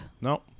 No